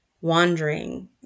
wandering